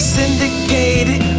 syndicated